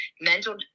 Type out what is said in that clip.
Mental